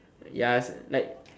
ya is like